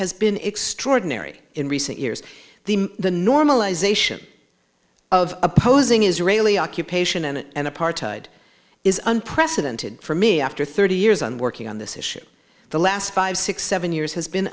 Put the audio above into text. has been extraordinary in recent years the the normalization of opposing israeli occupation and apartheid is unprecedented for me after thirty years on working on this issue the last five six seven years has been